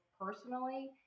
personally